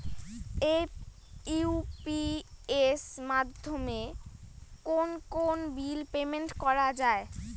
AEPS মাধ্যমে কোন কোন বিল পেমেন্ট করা যায়?